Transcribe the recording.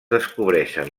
descobreixen